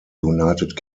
united